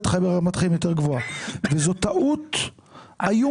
חי ברמת חיים יותר גבוהה וזו טעות איומה.